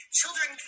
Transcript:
children